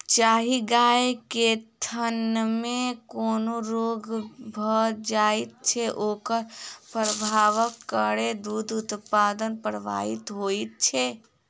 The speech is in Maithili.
जाहि गाय के थनमे कोनो रोग भ जाइत छै, ओकर प्रभावक कारणेँ दूध उत्पादन प्रभावित होइत छै